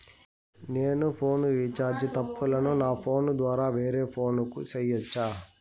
నేను phone recharge తప్పులను నా ఫోను ద్వారా వేరే ఫోను కు సేయొచ్చా?